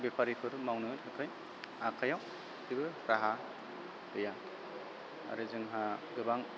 बेफारिफोर मावनो थाखाय आखाइयाव जेबो राहा गैया आरो जोंहा गोबां